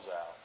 out